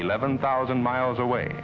eleven thousand miles away